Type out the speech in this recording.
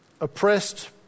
oppressed